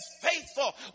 faithful